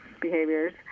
behaviors